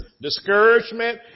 discouragement